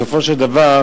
בסופו של דבר,